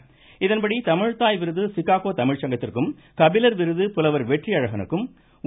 இதன்படி தமிழ்த்தாய் விருது சிக்காகோ தமிழ் சங்கத்திற்கும் கபிலர் விருது புலவர் வெற்றி அழகனுக்கும் உ